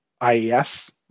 IES